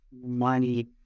money